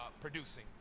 producing